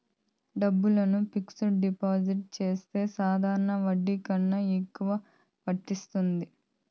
డబ్బులను fixed deposit చేస్తే సాధారణ వడ్డీ కన్నా ఎక్కువ వత్తాది